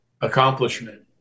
accomplishment